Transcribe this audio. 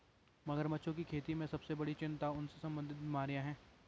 मगरमच्छों की खेती में सबसे बड़ी चिंता उनसे संबंधित बीमारियां हैं?